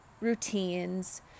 routines